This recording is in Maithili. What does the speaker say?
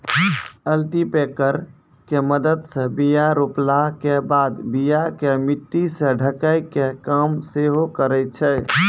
कल्टीपैकर के मदत से बीया रोपला के बाद बीया के मट्टी से ढकै के काम सेहो करै छै